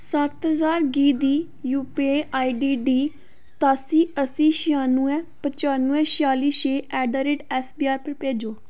सत्त ज्हार गी दी U P I I D D सतास्सी अस्सी छेआनुऐ पचानुऐ छेआली छे at the rate S B I पर भेजो